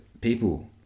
people